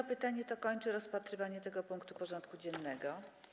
To pytanie kończy rozpatrywanie tego punktu porządku dziennego.